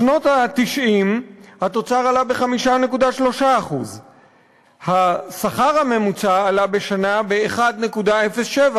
בשנות ה-90 התוצר עלה ב-5.3%; השכר הממוצע עלה בשנה ב-1.07%.